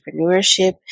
entrepreneurship